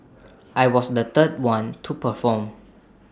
I was the third one to perform